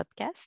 podcast